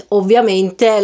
ovviamente